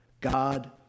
God